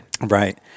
Right